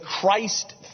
Christ